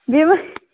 بیٚیہِ ما